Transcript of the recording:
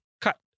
cut